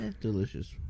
Delicious